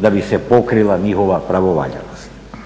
da bi se pokrila njihova pravovaljanost.